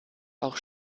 auch